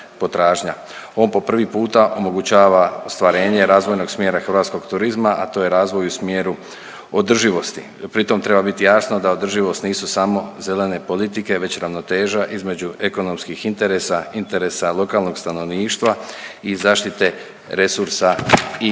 on po prvi puta omogućava ostvarenje razvojnog smjera hrvatskog turizma, a to je razvoj u smjeru održivosti. Pri tom treba biti jasno da održivost nisu samo zelene politike već ravnoteža između ekonomskih interesa, interesa lokalnog stanovništva i zaštite resursa i prostora.